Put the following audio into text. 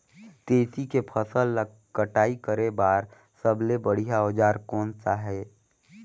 तेसी के फसल ला कटाई करे बार सबले बढ़िया औजार कोन सा हे?